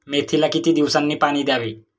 मेथीला किती दिवसांनी पाणी द्यावे?